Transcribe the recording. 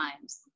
times